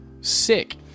sick